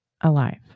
alive